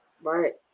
Right